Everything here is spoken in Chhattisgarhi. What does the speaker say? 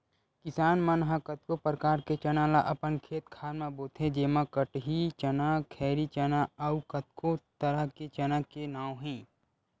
किसान मन ह कतको परकार के चना ल अपन खेत खार म बोथे जेमा कटही चना, खैरी चना अउ कतको तरह के चना के नांव हे